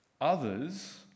Others